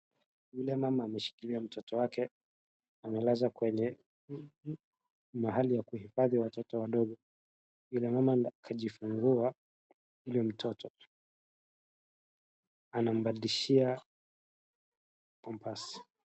Yule mama ameshiikilia mtoto wake, amelazwa kwenye mahali ya kuhifadhi watoto wadogo. Yule mama kajifungua yule mtoto, anambadilishia pampers .